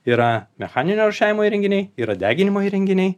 yra mechaninio rūšiavimo įrenginiai yra deginimo įrenginiai